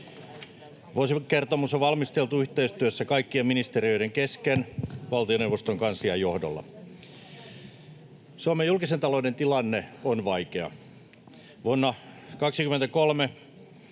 Vuosikertomus on valmisteltu yhteistyössä kaikkien ministeriöiden kesken valtioneuvoston kanslian johdolla. Suomen julkisen talouden tilanne on vaikea. Vuonna 23